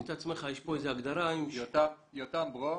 יותם ברום,